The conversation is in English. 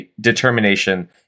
determination